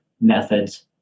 methods